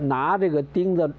not a good thing the